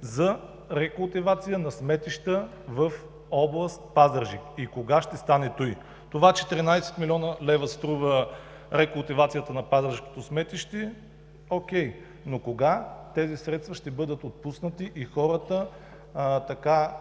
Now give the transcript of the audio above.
за рекултивация на сметища в област Пазарджик и кога ще стане това. Това, че 13 млн. лв. струва рекултивацията на пазарджишкото сметище, е окей. Кога тези средства ще бъдат отпуснати и хората